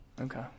Okay